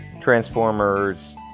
Transformers